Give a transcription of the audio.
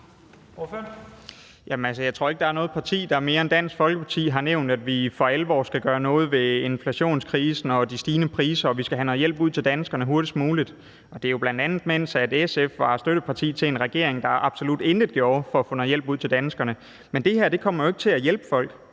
Jeg tror ikke, der er noget parti, der mere end Dansk Folkeparti har nævnt, at vi for alvor skal gøre noget ved inflationskrisen og de stigende priser, og at vi skal have noget hjælp ud til danskerne hurtigst muligt, bl.a. mens SF var støtteparti til en regering, der absolut intet gjorde for at få noget hjælp ud til danskerne. Men det her kommer jo ikke til at hjælpe folk.